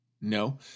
No